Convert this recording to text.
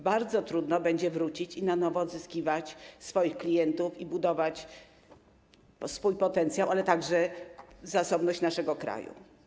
Bardzo trudno będzie wrócić i na nowo odzyskiwać klientów, i budować swój potencjał, ale także zasobność naszego kraju.